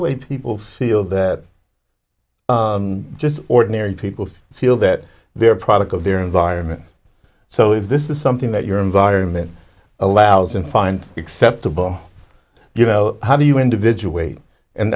away people feel just ordinary people feel that they're product of their environment so if this is something that your environment allows and finds acceptable you know how do you individuated and